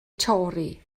torri